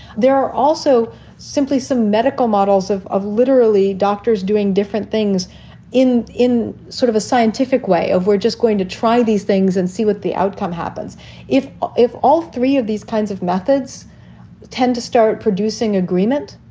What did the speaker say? there are also simply some medical models of of literally doctors doing different things in in sort of a scientific way of we're just going to try these things and see what the outcome happens if if all three of these kinds of methods tend to start producing agreement.